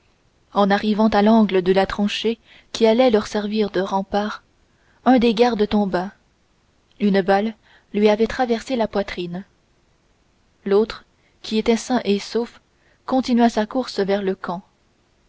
en arrivant à l'angle de la tranchée qui allait leur servir de rempart un des gardes tomba une balle lui avait traversé la poitrine l'autre qui était sain et sauf continua sa course vers le camp